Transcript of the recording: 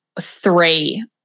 Three